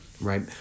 right